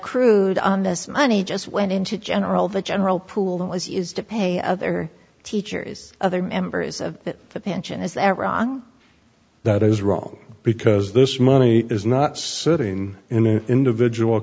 accrued on this money just went into general the general pool that was used to pay other teachers other members of the pension is that wrong that is wrong because this money is not sitting in an individual